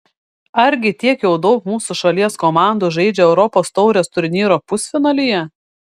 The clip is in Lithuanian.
argi tiek jau daug mūsų šalies komandų žaidžia europos taurės turnyro pusfinalyje